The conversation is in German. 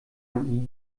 ein